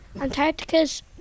Antarctica's